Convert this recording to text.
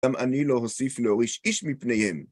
גם אני לא הוסיף להוריש איש מפניהם.